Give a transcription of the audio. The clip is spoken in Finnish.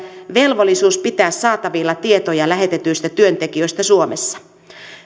velvollisuus pitää saatavilla tietoja lähetetyistä työntekijöistä suomessa